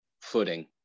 footing